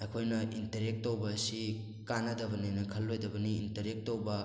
ꯑꯩꯈꯣꯏꯅ ꯏꯅꯇꯔꯦꯛ ꯇꯧꯕ ꯑꯁꯤ ꯀꯥꯟꯅꯗꯕꯅꯦꯅ ꯈꯜꯂꯣꯏꯗꯕꯅꯤ ꯏꯟꯇꯔꯦꯛ ꯇꯧꯕ